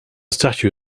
statue